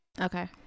okay